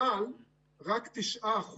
אבל רק 9%,